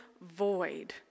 void